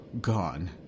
gone